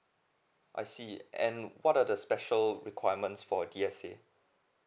I see it and what are the special requirements for D_S_A